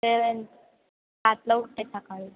seven सातला उठते सकाळी